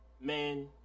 man